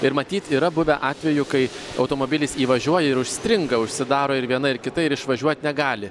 ir matyt yra buvę atvejų kai automobilis įvažiuoja ir užstringa užsidaro ir viena ir kita ir išvažiuot negali